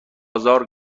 ازار